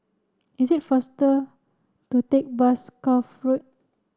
is it faster to take bus Cuff Road